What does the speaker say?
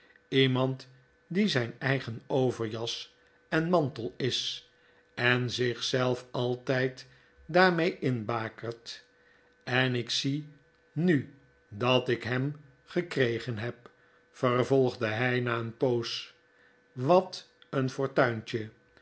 iemand die zijn eigen overjas en mantel is en zich zelf altijd daarmee inbakert en ik zie nu dat ik hem gekregen heb vervolgde hij na een poos wat een fortuintje